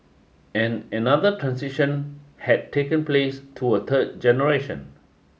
and another transition had taken place to a third generation